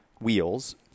wheels